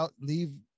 leave